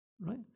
Right